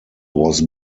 was